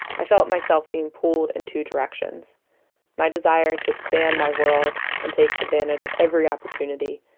i felt myself being pulled in two directions my desire to expand my world and take advantage of every opportunity.